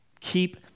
Keep